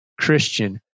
Christian